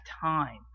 time